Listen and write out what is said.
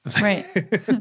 Right